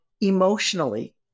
emotionally